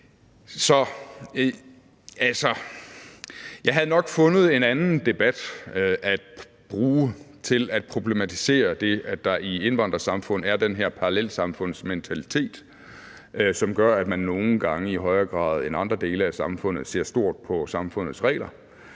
jeg havde nok fundet en anden debat at bruge til at problematisere det, at der i indvandrersamfund er den her parallelsamfundsmentalitet, som gør, at man nogle gange i højere grad end andre dele af samfundet ser stort på samfundets regler.